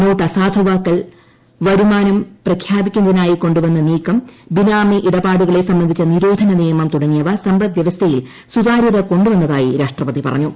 not അസാധുവാക്കൽ വരുമാനം പ്രഖ്യാപിക്കുന്നതിനായി കൊ ുവന്ന നീക്കം ബിനാമി ഇടപാടുകളെ സംബന്ധിച്ച നിരോധന നിയമം തുടങ്ങിയവ സമ്പദ് വൃവസ്ഥയിൽ സുതാരൃത കൊ ുവന്നതായി രാഷ്ട്രപതി പറഞ്ഞു